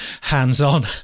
hands-on